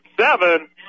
seven